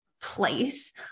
place